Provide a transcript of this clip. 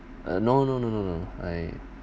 uh no no no no no I